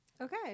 Okay